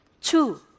two